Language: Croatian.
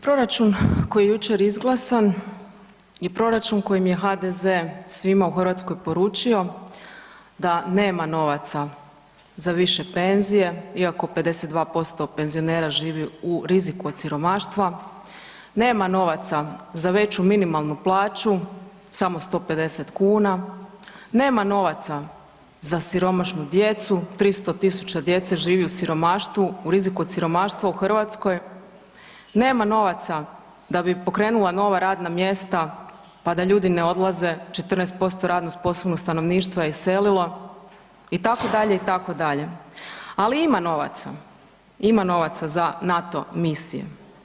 Proračun koji je jučer izglasan je proračun kojim je HDZ svima u Hrvatskoj poručio da nema novaca za više penzije iako 52% penzionera živi u riziku od siromaštva, nema novaca za veću minimalnu plaću, samo 150 kuna, nema novaca za siromašnu djecu, 300.000 djece živi u siromaštvu, u riziku od siromaštva u Hrvatskoj, nema novaca da bi pokrenula nova radna mjesta, pa da ljudi ne odlaze, 14% radno sposobnog stanovništva je iselilo itd., itd., ali ima novaca, ima novaca za NATO misije.